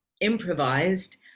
improvised